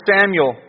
Samuel